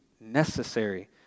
necessary